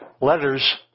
letters